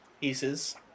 pieces